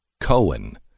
Cohen